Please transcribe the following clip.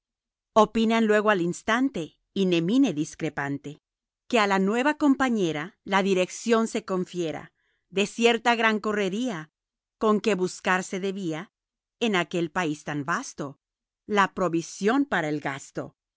opinan luego al instante y nemine discrepante que a la nueva compañera la dirección se confiera de cierta gran correría con que buscar se debía en aquel país tan vasto la provisión para el gasto